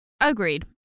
Agreed